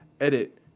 Edit